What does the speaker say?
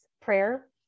prayer